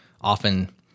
often